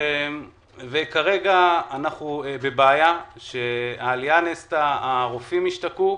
כרגע אנחנו בבעיה שהעלייה נעשתה, הרופאים השתקעו,